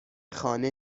خانه